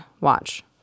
Watch